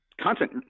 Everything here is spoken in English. content